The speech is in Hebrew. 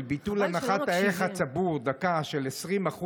ביטול הנחת הערך הצבור של 20%,